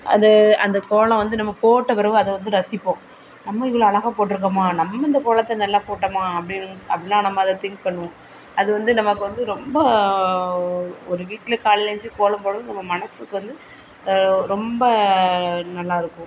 அது அந்த கோலம் வந்து நம்ம போட்ட பிறகு அதை வந்து ரசிப்போம் நம்ம இவ்வளோ அழகா போட்டுருக்கோமா நம்ம இந்த கோலத்தை நல்லா போட்டமா அப்படின் அப்படிலாம் நம்ம அதை திங்க் பண்ணுவோம் அது வந்து நமக்கு வந்து ரொம்ப ஒரு வீட்டில் காலையில் எந்திருச்சு கோலம் போடுறது நம்ம மனசுக்கு வந்து ரொம்ப நல்லா இருக்கும்